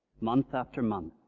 month after month,